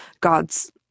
god's